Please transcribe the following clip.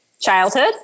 childhood